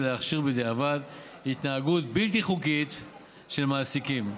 להכשיר בדיעבד התנהגות בלתי חוקית של המעסיקים.